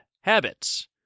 habits